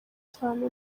cyane